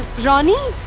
ronnie